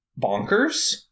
bonkers